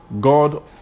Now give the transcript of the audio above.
God